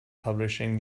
publishing